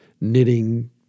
knitting